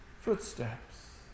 footsteps